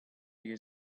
you